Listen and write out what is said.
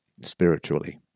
spiritually